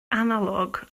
analog